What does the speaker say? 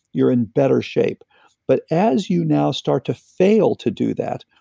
you're in better shape but as you now start to fail to do that,